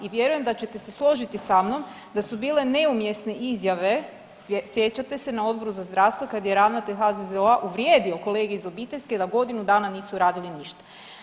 I vjerujem da ćete se složiti sa mnom da su bile neumjesne izjave sjećate se na Odboru za zdravstvo kad je ravnatelj HZZO-a uvrijedio kolege iz obiteljske da godinu dana nisu radili ništa.